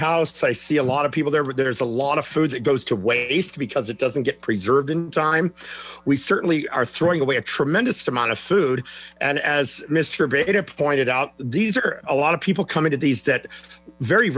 house i see a lot of people there there is a lot of food that goes to waste because it doesn't get preserved in time we certainly are throwing away a tremendous amount of food and as mister bieda pointed out these are a lot of people come into these debt very